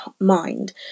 mind